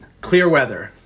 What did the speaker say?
Clearweather